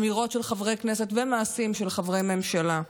אמירות של חברי כנסת ומעשים של חברי ממשלה.